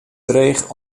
dreech